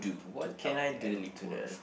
what can I do to the